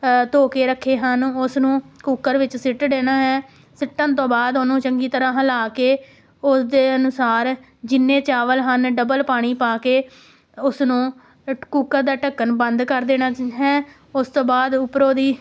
ਧੋ ਕੇ ਰੱਖੇ ਹਨ ਉਸ ਨੂੰ ਕੁੱਕਰ ਵਿੱਚ ਸਿੱਟ ਦੇਣਾ ਹੈ ਸਿੱਟਣ ਤੋਂ ਬਾਅਦ ਉਹਨੂੰ ਚੰਗੀ ਤਰ੍ਹਾਂ ਹਿਲਾ ਕੇ ਉਸਦੇ ਅਨੁਸਾਰ ਜਿੰਨੇ ਚਾਵਲ ਹਨ ਡਬਲ ਪਾਣੀ ਪਾ ਕੇ ਉਸਨੂੰ ਕੁੱਕਰ ਦਾ ਢੱਕਣ ਬੰਦ ਕਰ ਦੇਣਾ ਹੈ ਉਸ ਤੋਂ ਬਾਅਦ ਉਪਰੋਂ ਦੀ